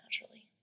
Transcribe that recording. naturally